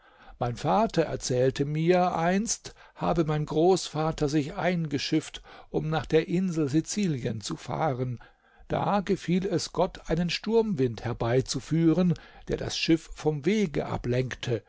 mein vater erzählte mir einst habe mein großvater sich eingeschifft um nach der insel sizilien zu fahren da gefiel es gott einen sturmwind herbeizuführen der das schiff vom wege ablenkte